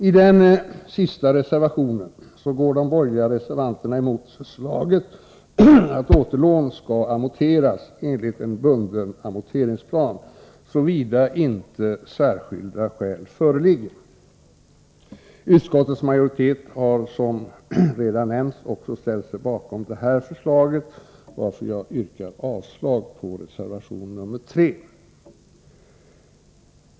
I den sista reservationen går de borgerliga reservanterna emot förslaget att återlån skall amorteras enligt en bunden amorteringsplan, såvida inte särskilda skäl föreligger. Utskottets majoritet har, som redan nämnts, också ställt sig bakom detta förslag, varför jag yrkar avslag på reservation nr 3.